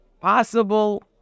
possible